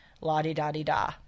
la-di-da-di-da